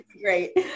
great